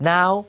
Now